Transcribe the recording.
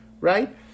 right